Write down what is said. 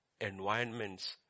environments